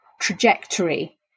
trajectory